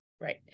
Right